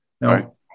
Now